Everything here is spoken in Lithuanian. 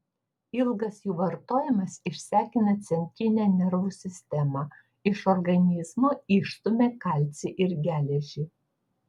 ilgas jų vartojimas išsekina centrinę nervų sistemą iš organizmo išstumia kalcį ir geležį